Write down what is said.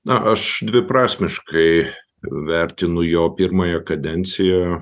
na aš dviprasmiškai vertinu jo pirmąją kadenciją